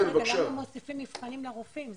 השאלה היא למה מוסיפים מבחנים לרופאים.